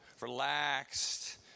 Relaxed